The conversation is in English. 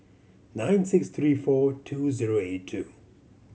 nine six three four two zero eight two